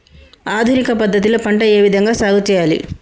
ఆధునిక పద్ధతి లో పంట ఏ విధంగా సాగు చేయాలి?